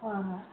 ꯍꯣꯏ ꯍꯣꯏ